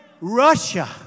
Russia